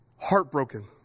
Heartbroken